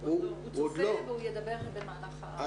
הוא צופה והוא ידבר במהלך הדיון.